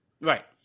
Right